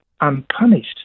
unpunished